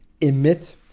emit